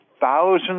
thousands